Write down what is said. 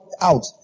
out